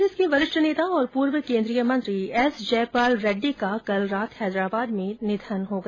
कांग्रेस के वरिष्ठ नेता और पूर्व केंद्रीय मंत्री एस जयपाल रेड्डी का कल रात हैदराबाद में निधन हो गया